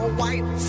white